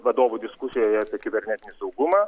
vadovų diskusijoje apie kibernetinį saugumą